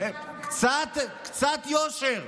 קצת יושר,